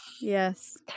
Yes